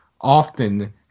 often